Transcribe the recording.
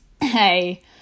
Hey